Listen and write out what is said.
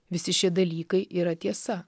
visi šie dalykai yra tiesa